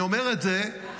אני אומר את זה,